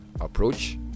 approach